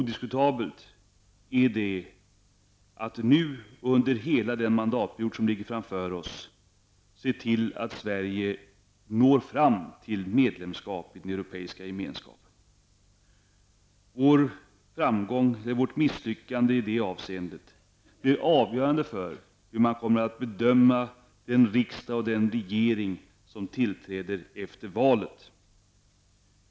Det är att under hela den mandatperiod som ligger framför oss, se till att Sverige når fram till medlemskap i den Europeiska gemenskapen. Vår framgång eller vårt misslyckandet i det avseendet blir avgörande för hur man kommer att bedöma den riksdag och den regering som tillträder efter valet.